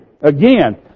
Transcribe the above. again